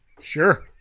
sure